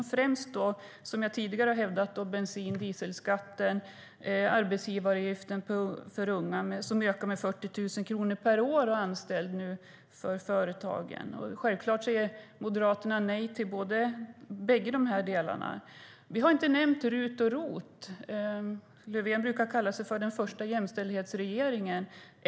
Det gäller främst, som jag tidigare har hävdat, bensin och dieselskatten och arbetsgivaravgiften för unga, som nu ökar med 40 000 kronor per år och anställd för företagen. Självfallet säger Moderaterna nej till bägge dessa delar. Vi har inte nämnt RUT och ROT. Löfven brukar kalla sin regering för den första jämställdhetsregeringen.